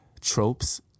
Tropes